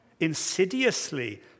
insidiously